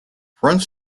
front